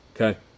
Okay